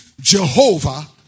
Jehovah